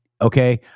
okay